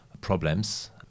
problems